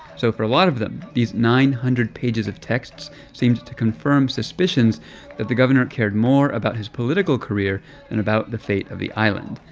so for a lot of them, these nine hundred pages of texts seems to confirm suspicions that the governor cared more about his political career than and about the fate of the island.